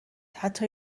حتی